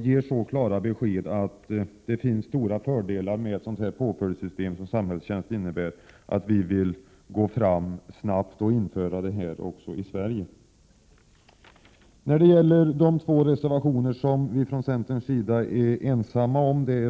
ger så klara besked om att stora fördelar är förenade med påföljdssystemet samhällstjänst att vi önskar att detta snabbt skall införas också i Sverige. Centern står ensam bakom reservationerna 8 och 9.